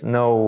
no